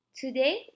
Today